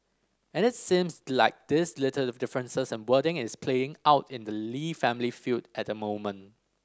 and it seems like these little differences in wording is playing out in the Lee family feud at the moment